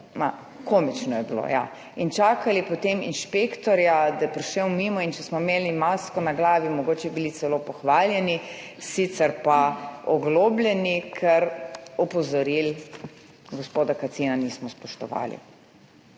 komično je bilo, ja. In smo čakali potem inšpektorja, da je prišel mimo, in če smo imeli masko na glavi, mogoče bili celo pohvaljeni, sicer pa oglobljeni, ker opozoril gospoda Kacina nismo spoštovali.